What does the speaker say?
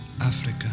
Africa